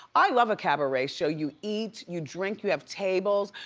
i love a cabaret show. you eat, you drink, you have tables,